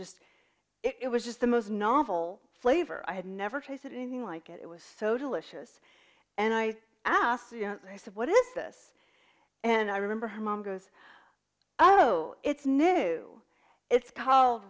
just it was just the most novel flavor i had never tasted anything like it it was so delicious and i asked i said what is this and i remember her mom goes oh no it's new it's called